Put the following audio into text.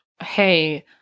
hey